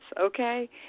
okay